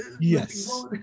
Yes